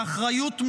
האחריות,